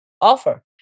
offer